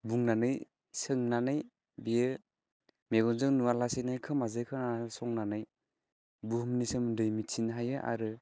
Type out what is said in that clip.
बुंनानै सोंनानै बेयो मेगनजों नुबालासैनो खोमाजों खोनासंनानै बुहुमनि सोमोन्दै मिथिनो हायो आरो